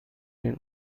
این